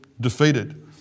defeated